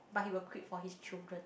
but he will quit for his children